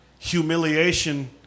humiliation